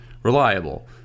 Reliable